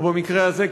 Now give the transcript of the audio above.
או במקרה הזה,